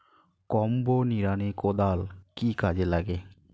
Combo নিড়ানি কোদাল কি কাজে লাগে?